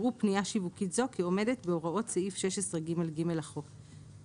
יראו פנייה שיווקית זו כעומדת בהוראות סעיף 16ג(ג) לחוק.